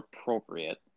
appropriate